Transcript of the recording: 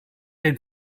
den